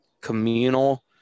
communal